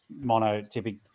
monotypic